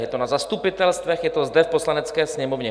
Je to na zastupitelstvech, je to zde v Poslanecké sněmovně.